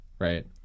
right